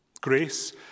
Grace